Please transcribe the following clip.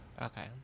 Okay